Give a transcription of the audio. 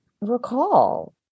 recall